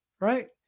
Right